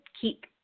keep